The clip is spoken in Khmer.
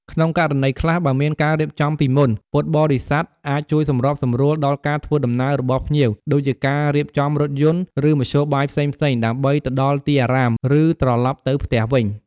ការចែករំលែកបទពិសោធន៍ ពួកគាត់អាចចែករំលែកបទពិសោធន៍ផ្ទាល់ខ្លួនទាក់ទងនឹងវត្ត ឬពិធីបុណ្យ ដើម្បីឲ្យភ្ញៀវមានអារម្មណ៍ស្និទ្ធស្នាល និងយល់ដឹងកាន់តែច្បាស់អំពីប្រពៃណី។